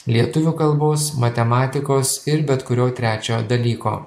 lietuvių kalbos matematikos ir bet kurio trečio dalyko